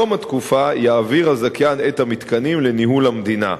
בתום התקופה יעביר הזכיין את המתקנים לניהול המדינה.